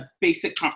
basic